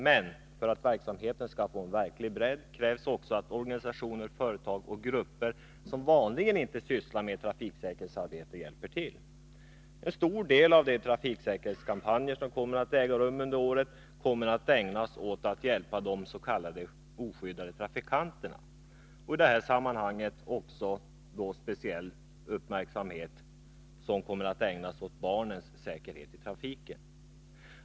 Men för att verksamheten skall få en verklig bredd krävs också att organisationer, företag och grupper som vanligen inte sysslar med trafiksäkerhetsarbete hjälper till. En stor del av den trafiksäkerhetskampanj som kommer att äga rum under året kommer att ägna sig åt att hjälpa de s.k. oskyddade trafikanterna. I detta sammanhang kommer speciell uppmärksamhet att ägnas åt barnens säkerhet i trafiken.